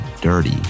dirty